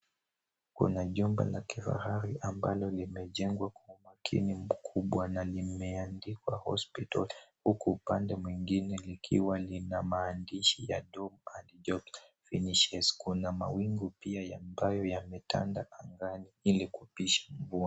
Kuna jumba la kifahari ambalo limejengwa kwa umakini mkubwa na limeandikwa Hospital huku upande mwingine likiwa linamaandishi ya dukavyot Vinicius . Kuna mawingu pia ambayo yametanda angani ili kupisha mvua.